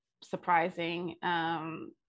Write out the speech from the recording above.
surprising